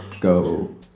go